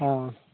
हाँ